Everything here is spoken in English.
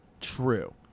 True